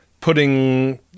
putting